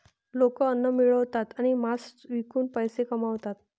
लोक अन्न मिळवतात आणि मांस विकून पैसे कमवतात